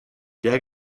der